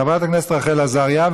חברת הכנסת רחל עזריה,